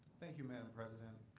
thank you madam president.